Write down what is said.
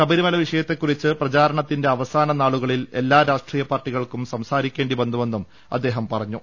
ശബരിമല വിഷയത്തെകുറിച്ച് പ്രചാരണത്തിന്റെ അവസാന നാളുകളിൽ എല്ലാ രാഷ്ട്രീയ പാർട്ടികൾക്കും സംസാരിക്കേണ്ടി വന്നുവെന്നും അദ്ദേഹം പറഞ്ഞു